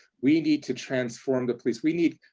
we need to transform the police. we need